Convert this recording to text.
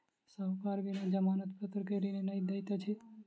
साहूकार बिना जमानत पत्र के ऋण नै दैत अछि